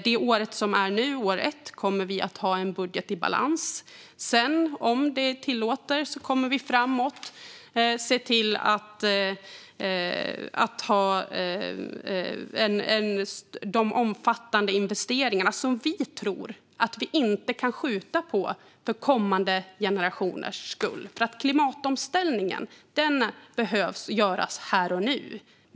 För år ett kommer vi att ha en budget i balans. Om läget sedan tillåter kommer vi framåt att se till att göra de omfattande investeringar som vi tror att vi inte kan skjuta på - för kommande generationers skull. Klimatomställningen behöver nämligen göras här och nu.